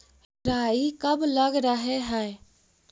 राई कब लग रहे है?